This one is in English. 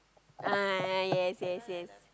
aiyah yes yes yes